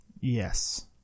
Yes